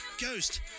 Ghost